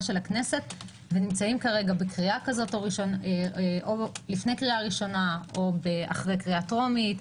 של הכנסת ונמצאים כרגע לפני קריאה ראשונה או אחרי קריאה טרומית,